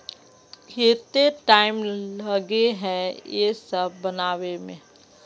केते टाइम लगे है ये सब बनावे में?